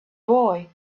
boy